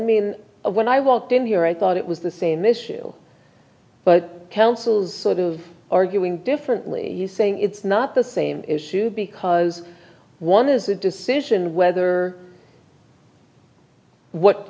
mean when i walked in here i thought it was the same issue but kelso's sort of arguing differently you saying it's not the same issue because one is a decision whether what